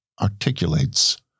articulates